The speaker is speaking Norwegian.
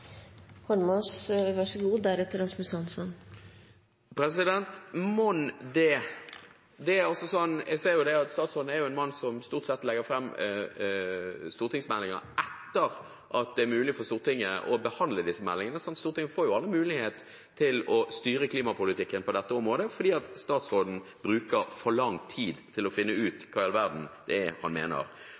det! Jeg ser jo at statsråden er en mann som stort sett legger fram stortingsmeldinger etter at det er mulig for Stortinget å behandle disse meldingene. Stortinget får jo aldri mulighet til å styre klimapolitikken på dette området fordi statsråden bruker for lang tid til å finne ut av hva i all verden det er han mener.